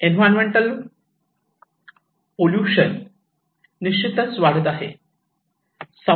environmental pollution निश्चितच वाढत आहे